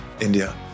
India